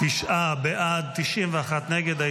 תשעה בעד, 91 נגד.